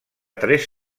tres